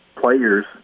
players